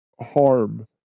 harm